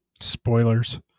Spoilers